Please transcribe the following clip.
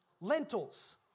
Lentils